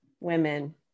women